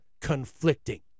conflicting